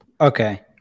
Okay